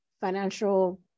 financial